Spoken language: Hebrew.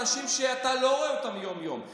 אנשים שאתה לא רואה אותם יום-יום,